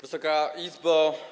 Wysoka Izbo!